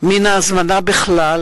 מן ההזמנה בכלל